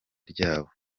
ryabo